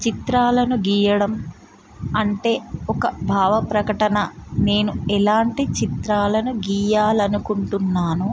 చిత్రాలను గీయడం అంటే ఒక భావ ప్రకటన నేను ఎలాంటి చిత్రాలను గీయాలి అనుకుంటున్నాను